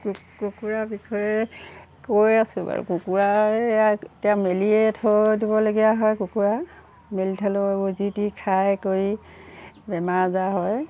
কুকুৰাৰ বিষয়ে কৈ আছো বাৰু কুকুৰা এয়া এতিয়া মেলিয়ে থৈ দিবলগীয়া হয় কুকুৰা মেলি থ'লেও যিটি খাই কৰি বেমাৰ আজাৰ হয়